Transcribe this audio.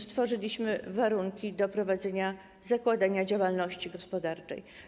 Stworzyliśmy warunki do prowadzenia, zakładania działalności gospodarczej.